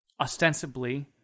Ostensibly